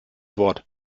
wort